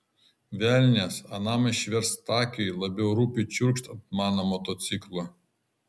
velnias anam išverstakiui labiau rūpi čiurkšt ant mano motociklo